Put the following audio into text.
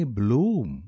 bloom